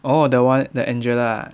oh that one that angela ah